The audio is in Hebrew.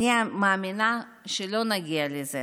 אני מאמינה שלא נגיע לזה